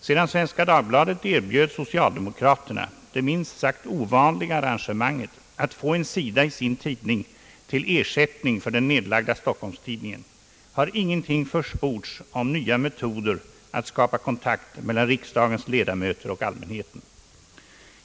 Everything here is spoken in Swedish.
Sedan Svenska Dagbladet erbjöd socialdemokraterna det minst sagt ovanliga arrangemanget att få en sida i sin tidning till ersättning för den nedlagda Stockholms-Tidningen har ingenting försports om nya metoder att skapa kontakt mellan riksdagens ledamöter och allmänheten.